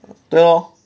对咯